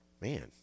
man